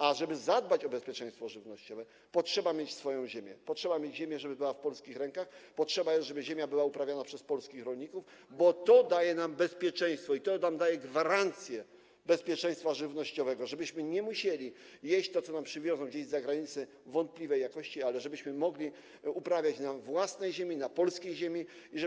A żeby zadbać o bezpieczeństwo żywnościowe, trzeba mieć swoją ziemię, trzeba mieć ziemię, żeby była w polskich rękach, jest potrzeba, żeby ziemia była uprawiana przez polskich rolników, bo to daje nam bezpieczeństwo i to daje nam gwarancję bezpieczeństwa żywnościowego, żebyśmy nie musieli jeść tego, co nam przywiozą gdzieś z zagranicy, wątpliwej jakości, ale żebyśmy mogli uprawiać na własnej ziemi, na polskiej ziemi i